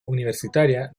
universitaria